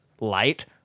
light